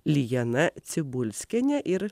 lijana cibulskienė ir